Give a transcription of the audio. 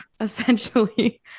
Essentially